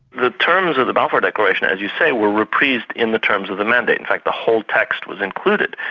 the terms of the balfour declaration, as you say, were reprised in the terms of the mandate, in fact the whole text was included,